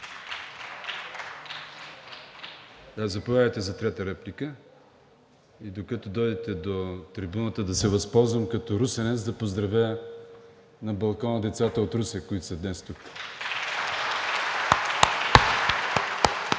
Заповядайте за трета реплика. И докато дойдете до трибуната, да се възползвам като русенец да поздравя на балкона децата от Русе, които са днес тук.